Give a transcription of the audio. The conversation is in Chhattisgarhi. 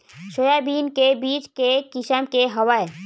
सोयाबीन के बीज के किसम के हवय?